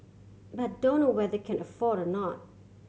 but dunno whether can afford or not